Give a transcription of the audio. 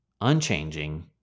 unchanging